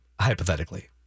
Hypothetically